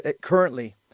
currently